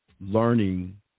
learning